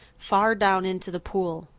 far down into the pool.